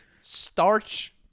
Starch